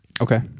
Okay